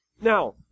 Now